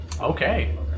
Okay